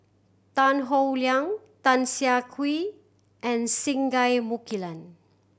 Tan Howe Liang Tan Siah Kwee and Singai Mukilan